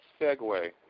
segue